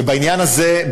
ובעניין הזה,